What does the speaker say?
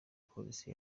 polisi